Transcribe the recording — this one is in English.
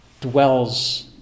Dwells